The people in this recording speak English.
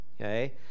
Okay